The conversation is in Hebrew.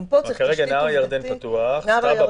כרגע מעבר נהר הירדן ומעבר טאבה פתוחים לכניסה.